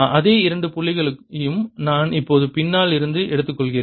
அதே இரண்டு புள்ளிகளையும் நான் இப்போது பின்னால் இருந்து எடுத்துக்கொள்கிறேன்